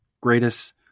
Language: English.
greatest